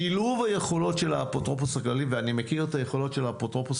שילוב היכולות של האפוטרופוס הכללי ואני מכיר את היכולות של האפוטרופוס